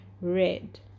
Red